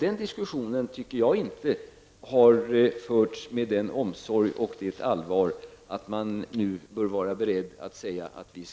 Jag tycker inte att den diskussionen har förts med den omsorgen och det allvaret att man nu bör vara beredd att säga att vi